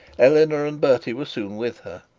eleanor and bertie were soon with her.